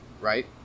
right